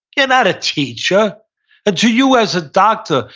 you're not a teacher until you, as a doctor,